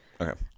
Okay